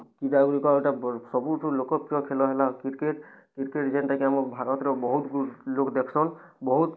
କ୍ରୀଡ଼ାଗୁଡ଼ିକ ଇ'ଟା ସବୁଠୁ ଲୋକ ପ୍ରିୟ ଖେଳ ହେଲା କ୍ରିକେଟ୍ କ୍ରିକେଟ୍ ଯେନ୍ତା କି ଆମ ଭାରତ୍ ର ବହୁତ୍ ଲୋକ୍ ଦେଖ୍ସନ୍ ବହୁତ୍